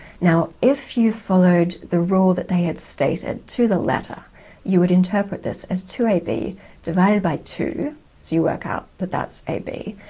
now if you followed the rule that they had stated to the letter you would interpret this as two ab divided by two, so you work out that that's ab,